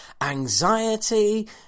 anxiety